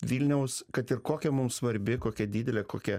vilniaus kad ir kokia mums svarbi kokia didelė kokia